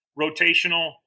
rotational